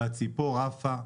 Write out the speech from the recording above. והציפור עפה,